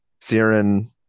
Siren